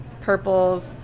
purples